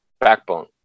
backbone